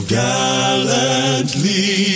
gallantly